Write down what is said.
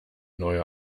neue